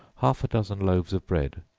half a dozen loaves of bread,